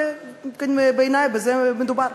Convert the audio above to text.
בעיני בזה מדובר.